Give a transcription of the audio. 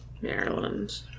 Maryland